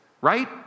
Right